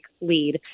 lead